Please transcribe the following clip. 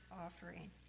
offering